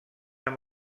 amb